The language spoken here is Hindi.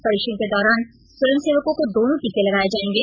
परीक्षण के दौरान स्वयंसेवकों को दोनों टीके लगाए जाएंगे